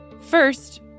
First